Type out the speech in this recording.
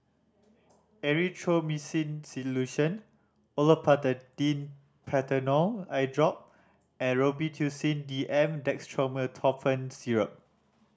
Erythroymycin Solution Olopatadine Patanol Eyedrop and Robitussin D M Dextromethorphan Syrup